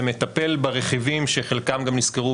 ומטפל ברכיבים שחלקם נזכרו